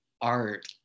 art